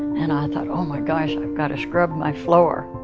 and i thought, oh my gosh, i've gotta scrub my floor.